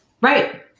Right